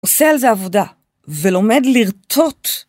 עושה על זה עבודה, ולומד לרטוט!